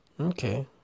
okay